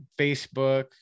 Facebook